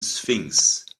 sphinx